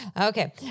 Okay